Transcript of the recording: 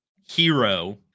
hero